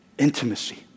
intimacy